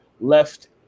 left